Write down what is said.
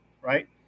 right